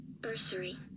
bursary